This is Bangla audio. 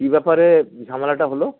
কি ব্যাপারে ঝামলাটা হলো